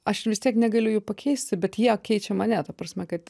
aš vis tiek negaliu jų pakeisti bet jie keičia mane ta prasme kad